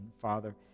Father